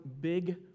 big